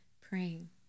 praying